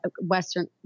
Western